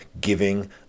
giving